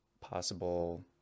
possible